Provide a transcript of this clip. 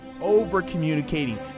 over-communicating